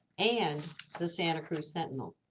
and the santa cruz sentinel,